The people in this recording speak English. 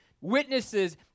witnesses